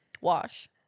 Wash